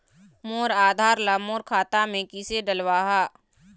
मोर आधार ला मोर खाता मे किसे डलवाहा?